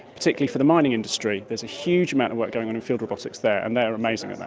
particularly for the mining industry, there's a huge amount of work going on in field robotics there, and they are amazing at that.